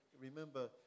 remember